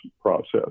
process